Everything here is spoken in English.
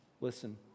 Listen